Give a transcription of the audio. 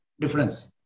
difference